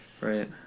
right